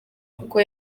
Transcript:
kuko